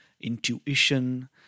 intuition